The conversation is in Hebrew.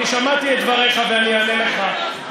אני שמעתי את דבריך ואני אענה לך.